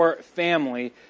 family